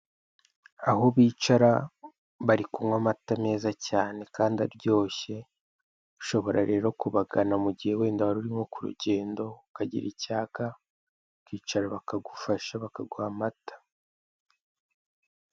Aho bicara bari kunywa amata meza cyane kandi aryoshye. Ushobora rero kubagana mu gihe wenda wari uri nko ku rugendo ukagira icyaka, ukicara bakagufasha, bakaguha amata.